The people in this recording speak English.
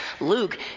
Luke